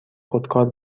خودکار